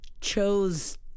chose